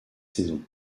saison